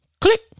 Click